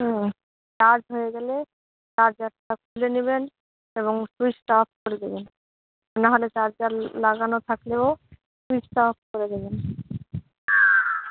হুম charge হয়ে গেলে চার্জারটা খুলে নিবেন এবং সুইচটা অফ করে দেবেন নাহলে চার্জার লাগানো থাকলেও সুইচটা অফ করে দেবেন